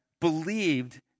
believed